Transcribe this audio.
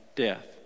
death